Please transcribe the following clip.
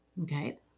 Okay